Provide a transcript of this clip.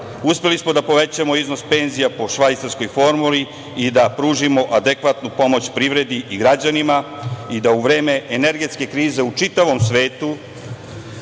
Uspeli smo da povećamo iznos penzija po švajcarskoj formuli i da pružimo adekvatnu pomoć privredi i građanima i da u vreme energetske krize u čitavom svetu